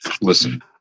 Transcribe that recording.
listen